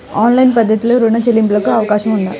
Online పద్ధతిలో రుణ చెల్లింపునకు అవకాశం ఉందా?